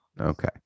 Okay